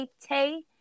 Tay